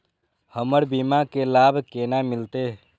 हमर बीमा के लाभ केना मिलते?